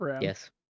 Yes